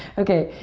okay,